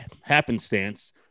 happenstance